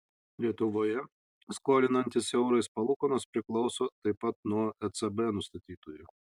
lietuvoje skolinantis eurais palūkanos priklauso taip pat nuo ecb nustatytųjų